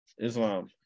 Islam